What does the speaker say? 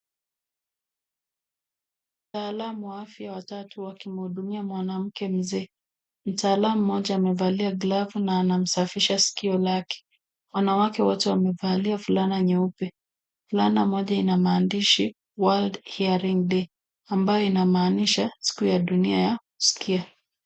Wataamu wa afya watatu wakihudhumia mwanamke mzee. Mtaalamu mmoja amevalia glavu na anamsafisha sikio lake. Wanawake wote wamevalia fulana nyeupe. Fulana moja ina mahandishi World Hearing Day ambayo inamaanisha siku ya Dunia ya kuskia.